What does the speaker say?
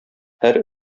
һәр